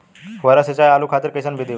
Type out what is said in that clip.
फुहारा सिंचाई आलू खातिर कइसन विधि बा?